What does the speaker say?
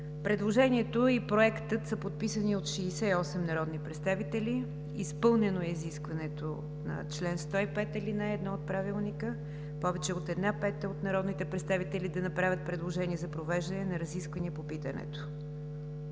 Предложението и Проектът са подписани от 68 народни представители, изпълнено е изискването на чл. 105, ал. 1 от Правилника, повече от една пета от народните представители да направят предложение за провеждане на разисквания по питането.